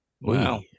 Wow